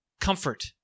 Comfort